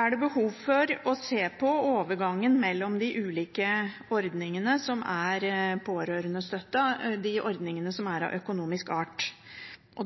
er det behov for å se på overgangen mellom de ulike ordningene når det gjelder pårørendestøtte, de ordningene som er av økonomisk art.